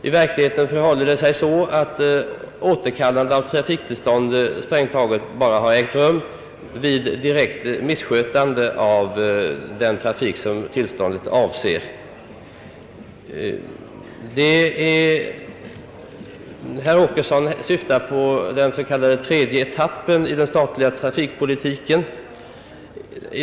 I verkligheten förhåller det sig så, att återkallande av trafiktillstånd strängt taget bara har ägt rum vid direkt misskötande av den trafik som till. ståndet avsett. Herr Åkesson syftar på den så kallade tredje etappen i den statliga trafikpolitiken.